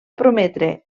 prometre